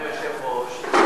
אדוני היושב-ראש,